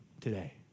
today